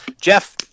jeff